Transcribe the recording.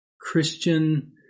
Christian